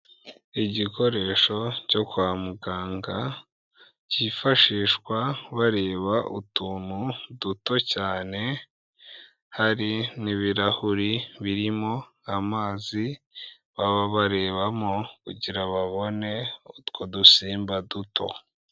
Igikoresho cyo kwa muganga, kifashishwa bareba utuntu duto cyane, hari n'ibirahuri birimo amazi, baba barebamo kugira babone utwo dusimba duto.